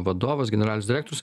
vadovas generalinis direktorius